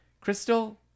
Crystal